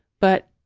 but